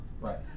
right